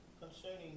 Concerning